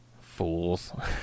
Fools